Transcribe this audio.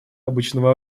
обычного